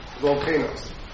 volcanoes